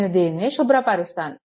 నేను దీనిని శుభ్రపరుస్తాను